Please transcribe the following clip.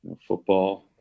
football